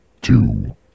two